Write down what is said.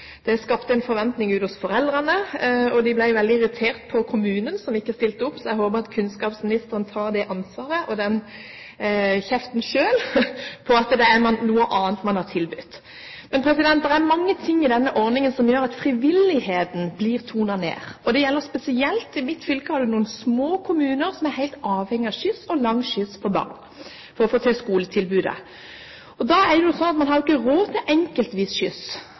ikke stilte opp. Jeg håper at kunnskapsministeren tar det ansvaret og den kjeften selv for at det er noe annet man har tilbudt. Men det er mange ting i denne ordningen som gjør at frivilligheten blir tonet ned, og det gjelder spesielt i mitt fylke, der det er noen små kommuner som er helt avhengig av skyss – og lang skyss – for barn for å få til skoletilbudet. Man har jo ikke råd til enkeltvis skyss, så spørsmålet blir: Skal man la den gå etter skolen? Skal man la det gå etter leksetiden, eller skal man